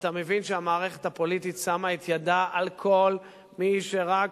ואתה מבין שהמערכת הפוליטית שמה את ידה על כל מי שרק